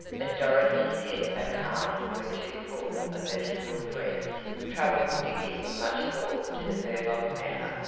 but dorothy's head and heart were too full of her school friends' troubles to give much thought to the burlock matter.